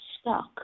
stuck